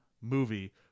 movie